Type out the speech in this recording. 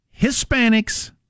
Hispanics